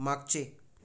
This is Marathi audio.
मागचे